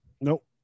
Nope